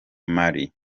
mali